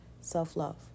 self-love